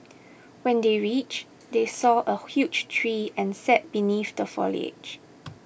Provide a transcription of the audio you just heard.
when they reached they saw a huge tree and sat beneath the foliage